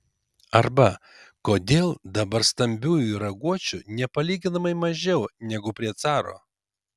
arba kodėl dabar stambiųjų raguočių nepalyginamai mažiau negu prie caro